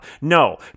No